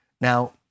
Now